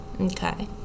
Okay